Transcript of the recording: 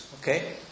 Okay